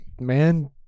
man